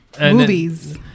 movies